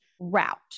route